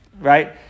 right